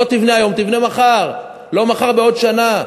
לא תבנה היום, תבנה מחר, לא מחר, בעוד שנה.